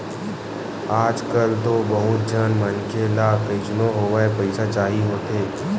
आजकल तो बहुत झन मनखे ल कइसनो होवय पइसा चाही होथे